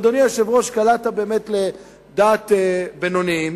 אדוני היושב-ראש, קלעת באמת לדעת בינוניים.